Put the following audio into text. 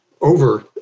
over